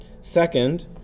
Second